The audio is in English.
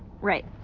Right